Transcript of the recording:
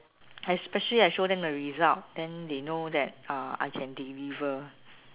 I especially I show them the result then they know that uh I can deliver